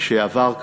ושעברה,